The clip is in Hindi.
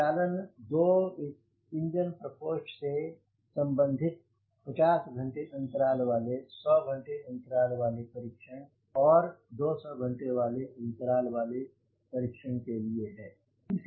प्रचलन 2 इंजन प्रकोष्ठ से संबंधित 50 घंटे अंतराल वाले 100 घंटे अंतराल वाले परीक्षण और 200 घंटे अंतराल वाले परीक्षण के लिए है